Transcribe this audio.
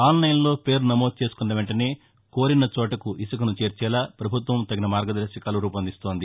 ఆన్లైన్లో పేరు నమోదు చేసుకున్న వెంటనే కోరిన చోటకు ఇసుకను చేర్చేలా ప్రభుత్వం తగిన మార్గదర్శకాలు రూపొందిస్తోంది